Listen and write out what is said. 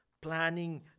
planning